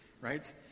right